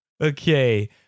Okay